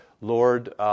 Lord